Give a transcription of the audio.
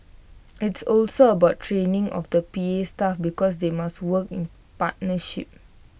it's also about training of the P A staff because they must work in partnership